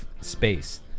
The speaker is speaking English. space